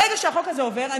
ברגע שהחוק הזה עובר,